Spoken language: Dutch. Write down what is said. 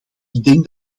denk